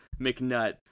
McNutt